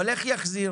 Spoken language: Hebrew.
אבל איך יחזיר?